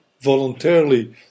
voluntarily